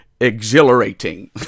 Exhilarating